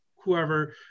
whoever